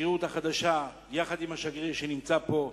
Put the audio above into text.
החדשה, יחד עם השגריר שנמצא פה,